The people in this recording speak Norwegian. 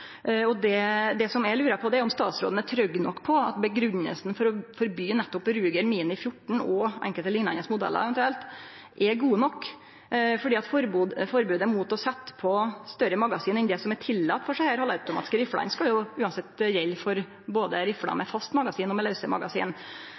Det som eg lurar på, er om statsråden er trygg nok på at grunngjevinga for å forby nettopp Mini Ruger 14 og eventuelt enkelte liknande modellar, er god nok. For forbodet mot å setje på større magasin enn det som er tillate for desse halvautomatiske riflene, skal uansett gjelde for rifler med både fast magasin og laust magasin. Det er ikkje særleg vanskeleg å tilpasse eit våpen med